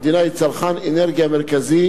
המדינה היא צרכן אנרגיה מרכזי,